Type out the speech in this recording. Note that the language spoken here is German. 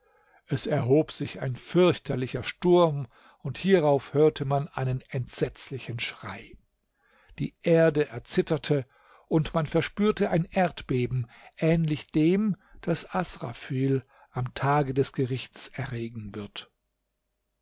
es erhob sich ein fürchterlicher sturm und hierauf hörte man einen entsetzlichen schrei die erde erzitterte und man verspürte ein erdbeben ähnlich dem das asrafyl am tage des gerichts erregen wird